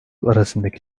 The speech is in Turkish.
arasındaki